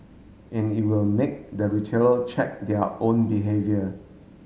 and it will make the retailer check their own behaviour